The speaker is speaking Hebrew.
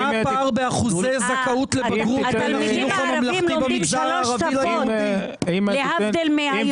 מה הפער באחוזי זכאות לבגרות במגזר הערבי ליהודי?